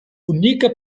unika